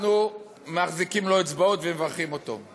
אנחנו מחזיקים לו אצבעות ומברכים אותו,